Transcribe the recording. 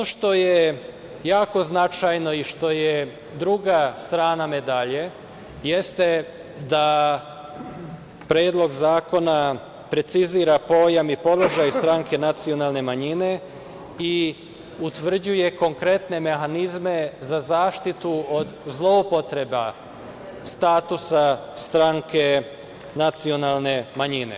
Ono što je jako značajno i što je druga strana medalje, jeste da Predlog zakona, precizira položaj i pojam stranke nacionalne manjine i utvrđuje konkretne mehanizme za zaštitu od zloupotreba statusa stranke nacionalne manjine.